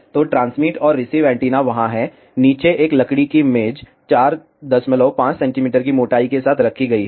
तो ट्रांसमिट और receive antenna वहां हैं नीचे एक लकड़ी की मेज 45 सेंटीमीटर की मोटाई के साथ रखी गई है